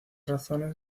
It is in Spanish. razones